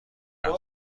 حرف